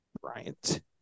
bryant